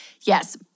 yes